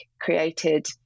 created